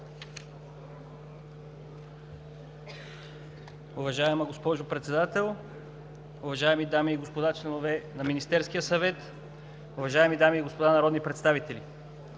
Уважаема госпожо Председател, уважаеми дами и господа членове на Министерския съвет, уважаеми дами и господа народни представители!